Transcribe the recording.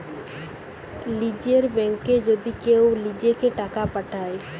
লীযের ব্যাংকে যদি কেউ লিজেঁকে টাকা পাঠায়